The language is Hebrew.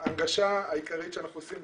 ההנגשה העיקרית שאנחנו עוסקים,